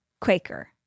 Quaker